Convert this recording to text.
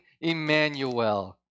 Emmanuel